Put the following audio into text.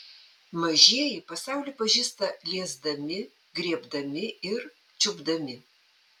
mažieji pasaulį pažįsta liesdami griebdami ir čiupdami